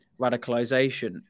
radicalization